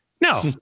No